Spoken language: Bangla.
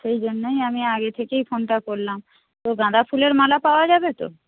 সেই জন্যই আমি আগে থেকেই ফোনটা করলাম তো গাঁদা ফুলের মালা পাওয়া যাবে তো